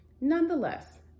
Nonetheless